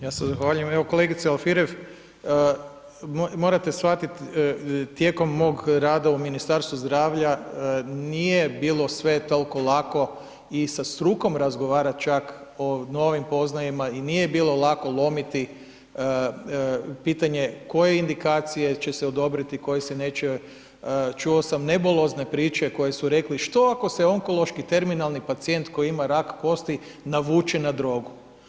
Ja se zahvaljujem evo kolegice Alfirev, morate shvatiti tijekom mog rada u Ministarstvu zdravlja nije bilo sve tolko lako i sa strukom razgovarat čak o novim poznajama i nje bilo lako lomiti pitanje koje indikacije će se odobriti, koje se neće, čuo sam nebulozne priče koje su rekli, što ako se onkološki terminalni pacijent koji ima rak kosti navuče na drogu.